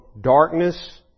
darkness